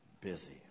busy